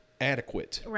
adequate